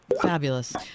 fabulous